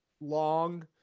long